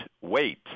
wait